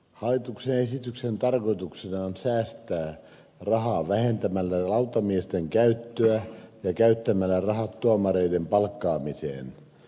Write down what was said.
hallituksen esityksen tarkoituksena on säästää rahaa vähentämällä lautamiesten käyttöä ja käyttämällä rahat tuomareiden palkkaamiseen